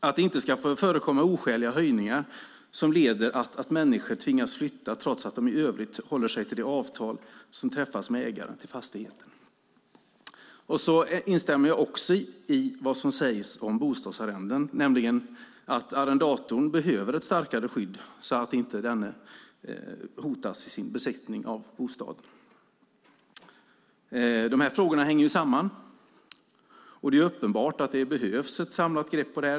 Det ska inte få förekomma oskäliga höjningar som leder till att människor tvingas flytta trots att de i övrigt håller sig till det avtal som träffats med ägaren till fastigheten. Jag instämmer också i vad som sägs om bostadsarrenden, nämligen att arrendatorn behöver ett starkare skydd så att denne inte hotas i sin besittning av bostaden. De här frågorna hänger samman, och det är uppenbart att det behövs ett samlat grepp.